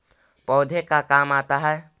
पौधे का काम आता है?